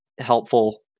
helpful